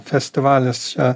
festivalis čia